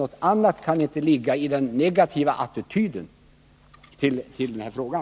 Något annat kan det inte ligga i den negativa attityden till den här frågan.